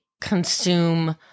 consume